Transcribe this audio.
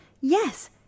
Yes